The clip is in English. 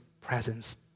presence